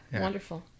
Wonderful